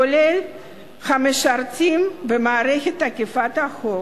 כולל המשרתים במערכת אכיפת החוק